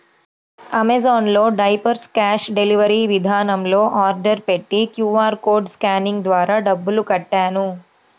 Amazon లో diapers cash delivery విధానంలో order పెట్టి క్యూ.ఆర్ కోడ్ స్కానింగ్ ద్వారా డబ్బులు కట్టాను